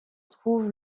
trouve